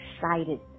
excited